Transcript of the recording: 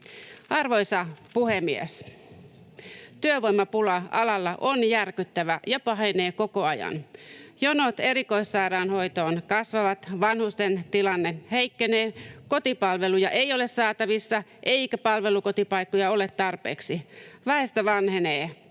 Arvoisa puhemies! Työvoimapula alalla on järkyttävä ja pahenee koko ajan. Jonot erikoissairaanhoitoon kasvavat, vanhusten tilanne heikkenee, kotipalveluja ei ole saatavissa, eikä palvelukotipaikkoja ole tarpeeksi. Väestö vanhenee,